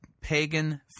pagan